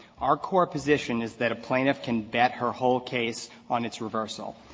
our core position is that a plaintiff can bet her whole case on its reversal.